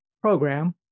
program